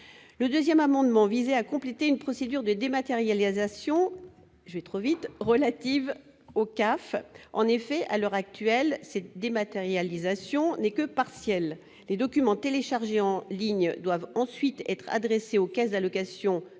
le 2ème amendement visait à compléter une procédure de dématérialisation je vais trop vite relatives aux CAF en effet à l'heure actuelle, cette dématérialisation n'est que partielle, les documents téléchargés en ligne doivent ensuite être adressée aux caisses d'allocations